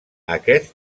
aquest